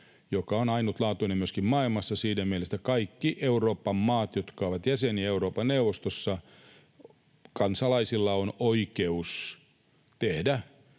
joka on ainutlaatuinen myöskin maailmassa siinä mielessä, että kaikkien niiden Euroopan maiden, jotka ovat jäseniä Euroopan neuvostossa, kansalaisilla on oikeus tehdä